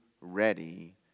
ready